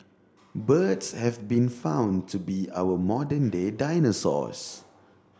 birds have been found to be our modern day dinosaurs